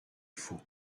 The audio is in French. faut